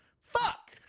Fuck